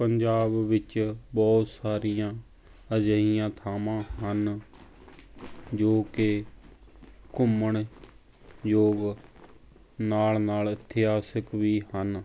ਪੰਜਾਬ ਵਿੱਚ ਬਹੁਤ ਸਾਰੀਆਂ ਅਜਿਹੀਆਂ ਥਾਵਾਂ ਹਨ ਜੋ ਕਿ ਘੁੰਮਣ ਯੋਗ ਨਾਲ਼ ਨਾਲ਼ ਇਤਿਹਾਸਿਕ ਵੀ ਹਨ